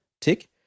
Tick